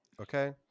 Okay